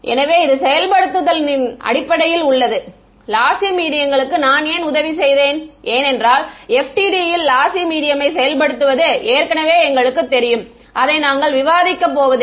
எனவே இது செயல்படுத்துதலின் அடிப்படையில் உள்ளது லாசி மீடியங்களுக்கு நான் ஏன் உதவி செய்தேன் ஏனென்றால் FDTD யில் லாசி மீடியம்மை செயல்படுத்துவது ஏற்கனவே எங்களுக்குத் தெரியும் அதை நாங்கள் விவாதிக்க போவதில்லை